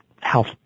health